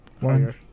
one